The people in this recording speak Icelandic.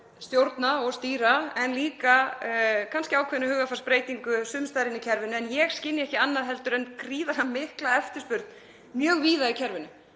stjórna og stýra en líka kannski ákveðna hugarfarsbreytingu sums staðar inni í kerfinu. Ég skynja ekki annað en gríðarlega mikla eftirspurn mjög víða í kerfinu